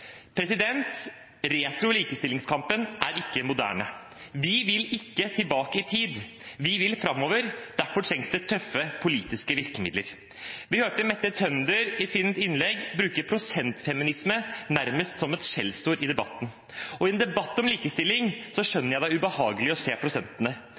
Retro i likestillingskampen er ikke moderne. Vi vil ikke tilbake i tid, vi vil framover. Derfor trengs det tøffe politiske virkemidler. Vi hørte Mette Tønder i sitt innlegg bruke prosentfeminisme nærmest som et skjellsord i debatten, og i en debatt om likestilling